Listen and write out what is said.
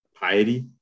piety